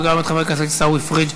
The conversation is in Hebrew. וגם את חבר הכנסת עיסאווי פריג',